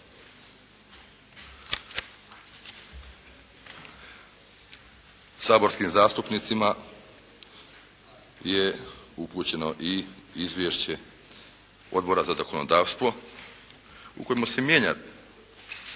Saborskim zastupnicima je upućeno i izvješće Odbora za zakonodavstvo u kojemu se mijenja